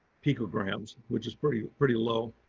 picograms, which is pretty pretty low.